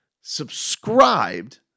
subscribed